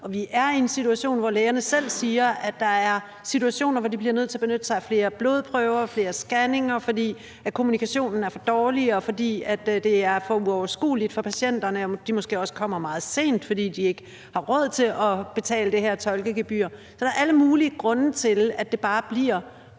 og vi er i en situation, hvor lægerne selv siger, at der er situationer, hvor de bliver nødt til at benytte sig af flere blodprøver og flere scanninger, fordi kommunikationen er for dårlig, og fordi det er for uoverskueligt for patienterne, som måske også kommer meget sent, fordi de ikke har råd til at betale det her tolkegebyr. Så der er alle mulige grunde til, at det bare bliver langsomt